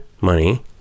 money